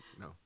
no